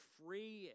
free